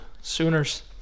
Sooners